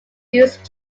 use